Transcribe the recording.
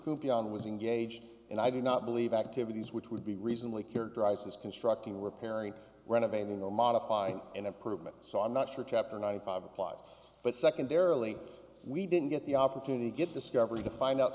mr hooper on was engaged and i do not believe activities which would be reasonably characterized as constructing repairing renovating or modify in approval so i'm not sure chapter ninety five applies but secondarily we didn't get the opportunity to get discovery to find out